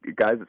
guys